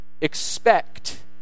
expect